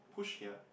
push here